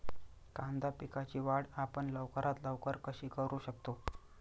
कांदा पिकाची वाढ आपण लवकरात लवकर कशी करू शकतो?